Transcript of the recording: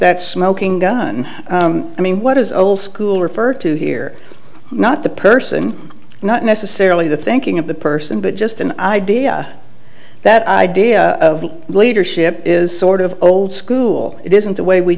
that smoking gun i mean what is old school referred to here not the person not necessarily the thinking of the person but just an idea that idea of leadership is sort of old school it isn't the way we